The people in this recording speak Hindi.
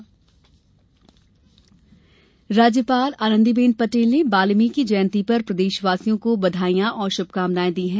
वाल्मीकी जयंती राज्यपाल आनंदीबेन पटेल ने वाल्मीकी जयंती पर प्रदेशवासियों को बधाई और श्भकामनाएँ दी हैं